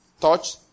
touch